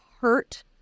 hurt